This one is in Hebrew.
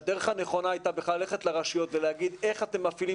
שהדרך הנכונה הייתה בכלל ללכת לרשויות ולהגיד איך אתן מפעילות